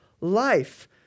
life